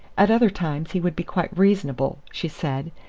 at other times he would be quite reasonable, she said,